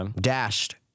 Dashed